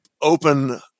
open